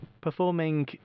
performing